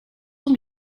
sont